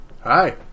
Hi